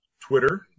Twitter